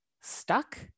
stuck